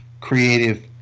creative